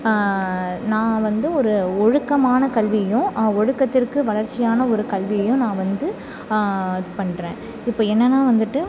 நான் வந்து ஒரு ஒழுக்கமான கல்வியையும் ஒழுக்கத்திற்கு வளர்ச்சியான ஒரு கல்வியையும் நான் வந்து இது பண்ணுறேன் இப்போ என்னென்னால் வந்துட்டு